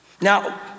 Now